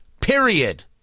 period